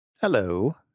Hello